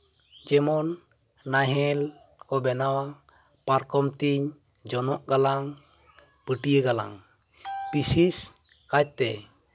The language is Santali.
ᱡᱮᱢᱚᱱ ᱱᱟᱦᱮᱞ ᱠᱚ ᱵᱮᱱᱟᱣᱟ ᱯᱟᱨᱠᱚᱢ ᱛᱮᱧ ᱡᱚᱱᱚᱜ ᱜᱟᱞᱟᱝ ᱯᱟᱹᱴᱭᱟᱹ ᱜᱟᱞᱟᱝ ᱵᱤᱥᱮᱥ ᱠᱟᱭ ᱛᱮ